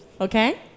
Okay